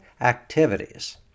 activities